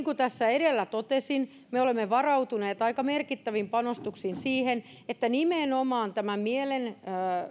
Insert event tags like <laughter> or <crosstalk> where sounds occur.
<unintelligible> kuin tässä edellä totesin me olemme varautuneet aika merkittävin panostuksin siihen että nimenomaan